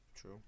True